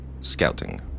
scouting